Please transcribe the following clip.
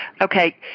Okay